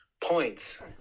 points